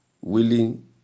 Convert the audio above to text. willing